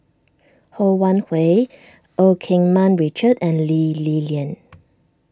Ho Wan Hui Eu Keng Mun Richard and Lee Li Lian